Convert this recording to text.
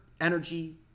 energy